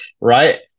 right